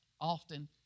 often